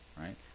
right